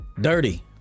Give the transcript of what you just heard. dirty